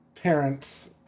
parents